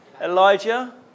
Elijah